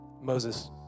Moses